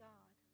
God